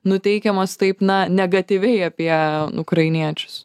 nuteikiamos taip na negatyviai apie ukrainiečius